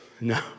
No